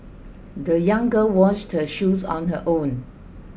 the young girl washed her shoes on her own